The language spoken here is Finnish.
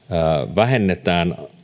vähennetään